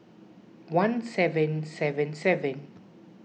one seven seven seven